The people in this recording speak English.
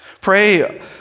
Pray